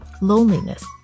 loneliness